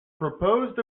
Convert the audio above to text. proposed